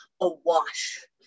awash